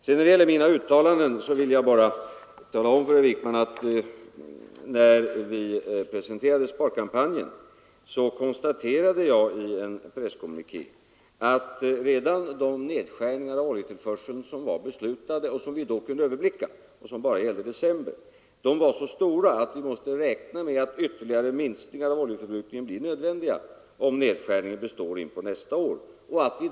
Vad gäller mina uttalanden vill jag tala om för herr Wijkman att när vi presenterade sparkampanjen konstaterade jag i en presskommuniké att redan de nedskärningar av oljetillförseln, som var beslutade och som vi då kunde överblicka och som bara gällde december, var så stora, att vi måste räkna med att ytterligare minskning av oljeförbrukningen skulle bli nödvändig, om nedskärningen skulle bestå in på nästa år.